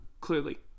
clearly